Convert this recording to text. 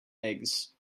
eggs